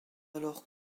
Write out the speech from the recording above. alors